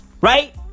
right